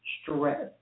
stress